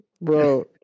bro